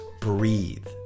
breathe